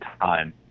time